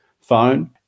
phone